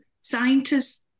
Scientists